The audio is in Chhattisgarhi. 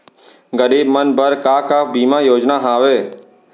गरीब मन बर का का बीमा योजना हावे?